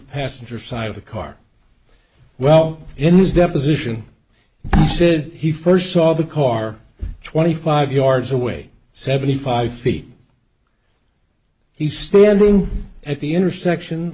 passenger side of the car well in his deposition he said he first saw the car twenty five yards away seventy five feet he's standing at the intersection